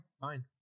fine